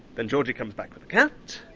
then georgie comes back with a cat.